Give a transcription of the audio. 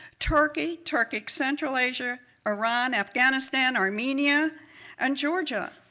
turkey, turkic central asia, iran, afghanistan, armenia and georgia.